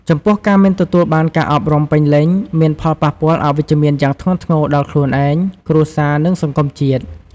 ចំពោះការមិនទទួលបានការអប់រំពេញលេញមានផលប៉ះពាល់អវិជ្ជមានយ៉ាងធ្ងន់ធ្ងរដល់ខ្លួនឯង គ្រួសារ និងសង្គមជាតិ។